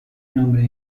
nombre